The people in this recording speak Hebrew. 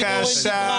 נשמע בעזרת ה', נשמע.